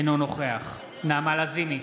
אינו נוכח נעמה לזימי,